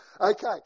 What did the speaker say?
Okay